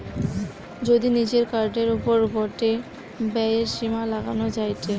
যদি নিজের কার্ডের ওপর গটে ব্যয়ের সীমা লাগানো যায়টে